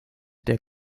der